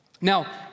Now